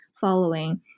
following